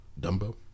Dumbo